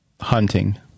hunting